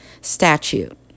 statute